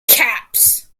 caps